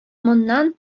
моннан